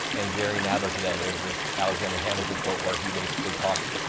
and jerry nadler today. there is this alexander hamilton quote where he basically talks,